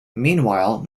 meanwhile